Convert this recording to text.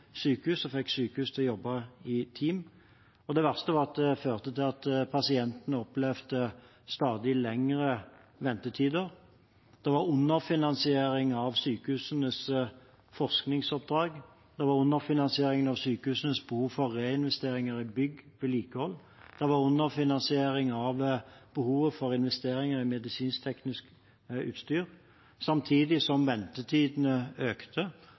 sykehus og fikk sykehus til å jobbe i team, og det verste var at det førte til at pasientene opplevde stadig lengre ventetider. Det var underfinansiering av sykehusenes forskningsoppdrag, det var underfinansiering av sykehusenes behov for reinvesteringer i bygg og vedlikehold, det var underfinansiering av behovet for investeringer i medisinsk-teknisk utstyr, samtidig som ventetidene økte